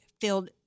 filled